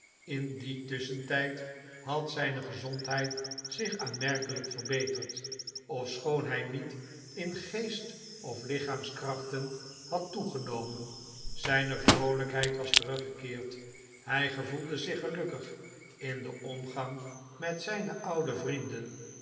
in dien tusschentijd had zijne gezondheid zich aanmerkelijk verbeterd ofschoon hij niet in geest of lichaamskrachten had toegenomen zijne vroolijkheid was teruggekeerd hij gevoelde zich gelukkig in den omgang met zijne oude vrienden